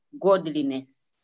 godliness